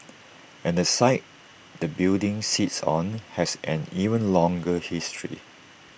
and the site the building sits on has an even longer history